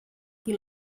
qui